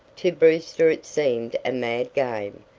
to brewster it seemed a mad game,